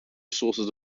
sources